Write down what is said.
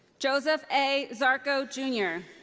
joseph a. szarko jr.